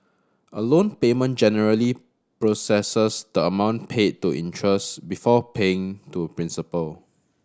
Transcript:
a loan payment generally processes the amount paid to interest before paying to principal